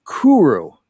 Kuru